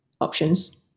options